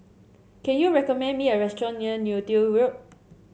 can you recommend me a restaurant near Neo Tiew Road